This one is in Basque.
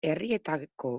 herrietako